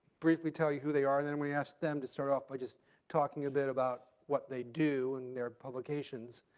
briefly tell you who they are and then we ask them to start off by just talking a bit about what they do in their publications,